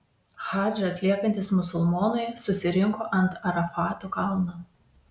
hadžą atliekantys musulmonai susirinko ant arafato kalno